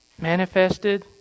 manifested